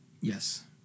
Yes